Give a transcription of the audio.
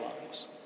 lives